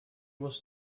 was